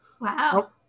Wow